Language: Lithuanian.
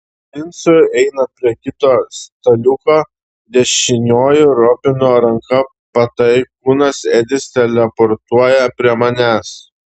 princui einant prie kito staliuko dešinioji robino ranka pataikūnas edis teleportuoja prie manęs